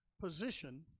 position